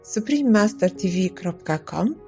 SupremeMasterTV.com